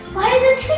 why is it